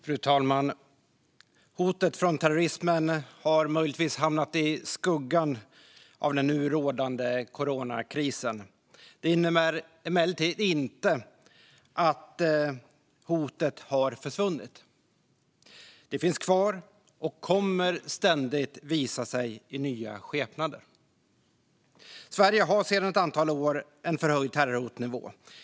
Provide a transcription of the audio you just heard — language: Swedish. Fru talman! Hotet från terrorismen har möjligtvis hamnat i skuggan av den nu rådande coronakrisen. Det innebär emellertid inte att hotet har försvunnit. Det finns kvar och kommer ständigt att visa sig i nya skepnader. Sverige har sedan ett antal år en förhöjd terrorhotnivå.